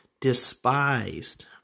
despised